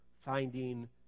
finding